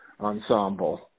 ensemble